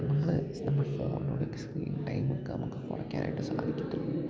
നമ്മള് ഫോണിലൂടെ സ്ക്രീൻ ടൈമൊക്കെ നമുക്ക് കുറയ്ക്കാനായിട്ട് സാധിക്കുകയുള്ളൂ